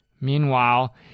Meanwhile